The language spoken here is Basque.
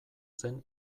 zen